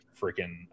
freaking